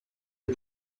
est